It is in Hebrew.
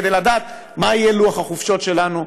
כדי לדעת מה יהיה לוח החופשות שלנו.